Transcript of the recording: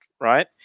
right